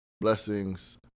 Blessings